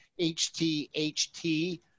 HTHT